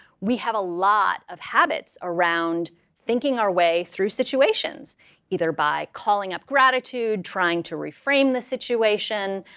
we have a lot of habits around thinking our way through situations either by calling up gratitude, trying to reframe the situation,